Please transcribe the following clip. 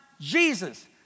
Jesus